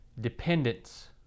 dependence